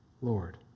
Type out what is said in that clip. Lord